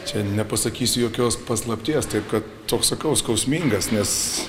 čia nepasakysiu jokios paslapties taip kad toks sakau skausmingas nes